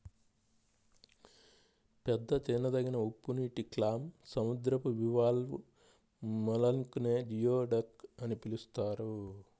పెద్ద తినదగిన ఉప్పునీటి క్లామ్, సముద్రపు బివాల్వ్ మొలస్క్ నే జియోడక్ అని పిలుస్తారు